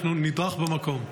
אנחנו נדרוך במקום.